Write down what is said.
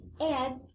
Ed